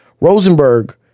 Rosenberg